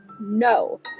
No